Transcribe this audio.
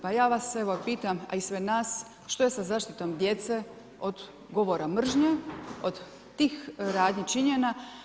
Pa ja vas, evo pitam, a i sve nas, što je sa zaštitom djece od govora mržnje, od tih radnih činjenja?